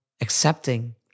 accepting